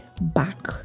back